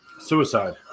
Suicide